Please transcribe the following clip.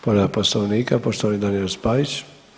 Povreda poslovnika poštovani Daniel Spajić.